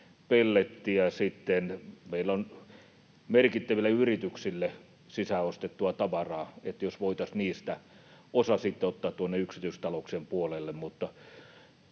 pellettiä meillä merkittäville yrityksille, sisään ostettua tavaraa, niin voitaisiin niistä osa sitten ottaa tuonne yksityistalouksien puolelle.